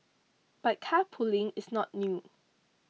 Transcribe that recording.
but carpooling is not new